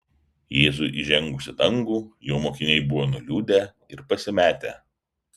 jėzui įžengus į dangų jo mokiniai buvo nuliūdę ir pasimetę